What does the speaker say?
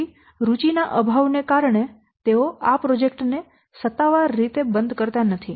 તેથી રુચિના અભાવને કારણે તેઓ આ પ્રોજેક્ટ ને સત્તાવાર રીતે બંધ કરતા નથી